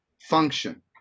function